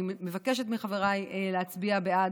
אני מבקשת מחבריי להצביע בעד,